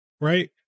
right